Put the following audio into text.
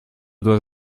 dois